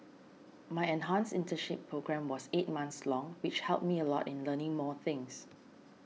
my enhanced internship programme was eight months long which helped me a lot in learning more things